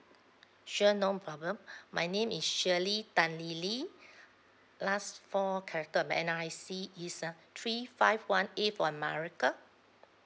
sure no problem my name is shirley tan lily last four character of my N_R_I_C is uh three five one A for america